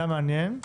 היה מעניין.